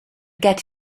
get